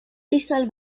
visual